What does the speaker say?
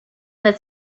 that